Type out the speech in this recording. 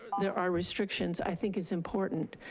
there are restrictions i think is important.